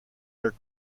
are